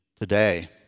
today